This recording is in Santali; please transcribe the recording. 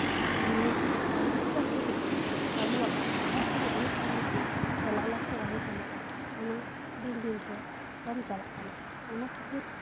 ᱟᱨ ᱱᱤᱭᱟᱹ ᱚᱨᱠᱮᱥᱴᱟᱨ ᱦᱚᱛᱮᱫ ᱛᱮᱜᱮ ᱟᱵᱚᱣᱟᱜ ᱡᱟᱦᱟᱸ ᱛᱤᱱᱟᱹᱜ ᱮᱱᱮᱡ ᱥᱮᱨᱮᱧ ᱠᱚ ᱥᱮ ᱞᱟᱭᱼᱞᱟᱠᱪᱟᱨ ᱟᱹᱨᱤᱪᱟᱹᱞᱤ ᱠᱚ ᱚᱱᱟ ᱫᱤᱱ ᱫᱤᱱ ᱛᱮ ᱠᱚᱢ ᱪᱟᱞᱟᱜ ᱠᱟᱱᱟ ᱚᱱᱟ ᱠᱷᱟᱹᱛᱤᱨ